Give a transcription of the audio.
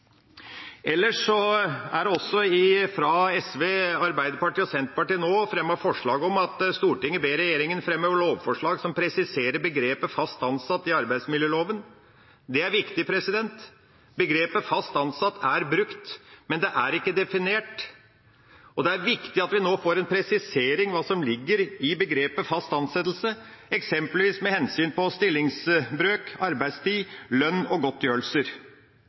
Ellers er det også fra SV, Arbeiderpartiet og Senterpartiet nå fremmet forslag om at «Stortinget ber regjeringen fremme lovforslag som presiserer begrepet «fast ansatt» i arbeidsmiljøloven». Det er viktig. Begrepet «fast ansatt» er brukt, men det er ikke definert, og det er viktig at vi nå får en presisering av hva som ligger i begrepet «fast ansettelse», eksempelvis med hensyn til stillingsbrøk, arbeidstid, lønn og godtgjørelser.